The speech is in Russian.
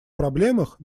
проблемах